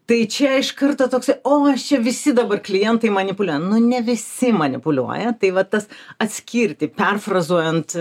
tai čia iš karto toks o aš čia visi dabar klientai manipuliuoja nu ne visi manipuliuoja tai va tas atskirti perfrazuojant